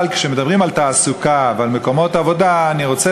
אבל כשמדברים על תעסוקה ועל מקומות עבודה אני רוצה